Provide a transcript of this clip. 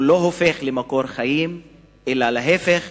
הם לא הופכים למקור חיים אלא להיפך.